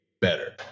better